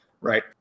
right